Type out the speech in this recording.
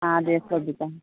ആ അതെ ശ്രദ്ധിക്കാം